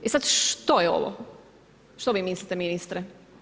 E sada što je ovo, što vi mislite ministre?